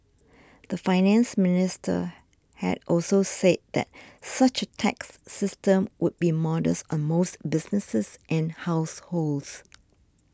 the Finance Minister had also said that such a tax system would be modest on most businesses and households